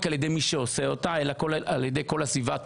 על ידי מי שעושה אותה אלא על ידי כל הסביבה התומכת,